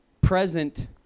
present